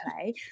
play